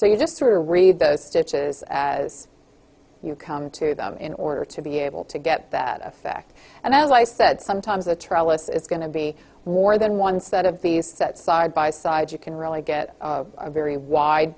so you just were read those stitches as you come to them in order to be able to get that effect and as i said sometimes a trellis is going to be more than one set of these set side by side you can really get a very wide